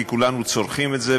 כי כולנו צורכים את זה,